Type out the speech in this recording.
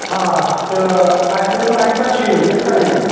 آ تہٕ اَسہِ ؤنۍتو اَسہِ کَر چھِ یُن أسۍ کَر یِمو